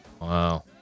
wow